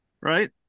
right